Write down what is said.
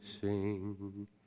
sing